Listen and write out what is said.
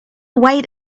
wait